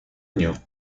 año